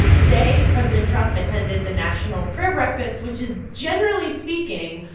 today, president trump attended the national prayer breakfast, which is, generally speaking,